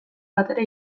batere